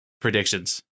predictions